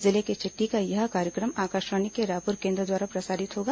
जिले की चिट्ठी का यह कार्यक्रम आकाशवाणी के रायपुर केंद्र द्वारा प्रसारित होगा